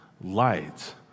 light